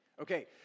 Okay